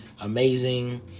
amazing